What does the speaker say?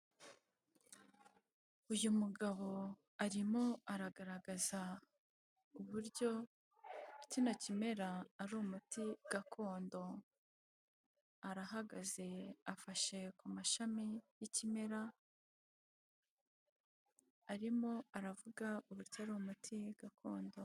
Uyu mugabo arimo aragaragaza uburyo kino kimera ari umuti gakondo, arahagaze afashe ku mashami y'ikimera, arimo aravuga uburyo ari umuti gakondo.